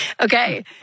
Okay